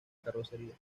carrocería